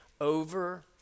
over